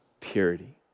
purity